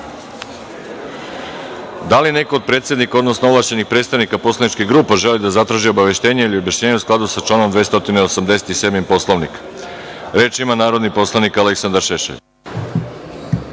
li neko od predsednika, odnosno ovlašćenih predstavnika poslaničkih grupa želi da zatraži obaveštenje ili objašnjenje u skladu sa članom 287. Poslovnika? Reč ima narodni poslanik Aleksandar Šešelj.